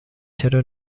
چرا